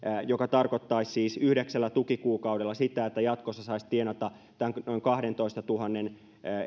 joka tarkoittaisi siis yhdeksällä tukikuukaudella sitä että jatkossa saisi tienata tämän noin kahdentoistatuhannen